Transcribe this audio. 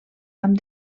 amb